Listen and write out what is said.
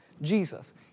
Jesus